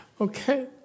Okay